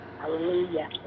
Hallelujah